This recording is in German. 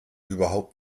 überhaupt